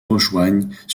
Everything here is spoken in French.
rejoignent